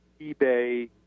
eBay